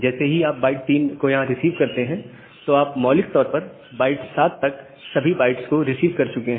जैसे ही आप बाइट 3 को यहां रिसीव करते हैं तो आप मौलिक तौर पर बाइट 7 तक सभी बाइट्स को रिसीव कर चुके हैं